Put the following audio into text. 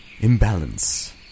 imbalance